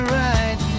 right